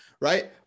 right